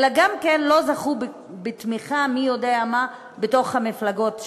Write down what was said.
אלא גם כן לא זכו אפילו בתמיכה מי-יודע-מה בתוך המפלגות שלהם,